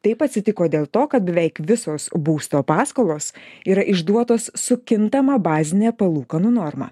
taip atsitiko dėl to kad beveik visos būsto paskolos yra išduotos su kintama bazine palūkanų norma